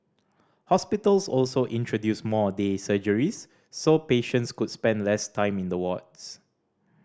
hospitals also introduced more day surgeries so patients could spend less time in the wards